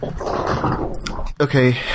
Okay